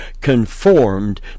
conformed